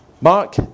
Mark